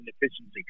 efficiency